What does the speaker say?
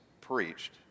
preached